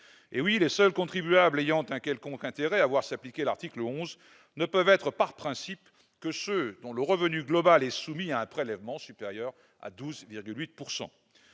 Eh oui, les seuls contribuables ayant un quelconque intérêt à voir s'appliquer l'article 11 ne peuvent être, par principe, que ceux dont le revenu global est soumis à un prélèvement supérieur à 12,8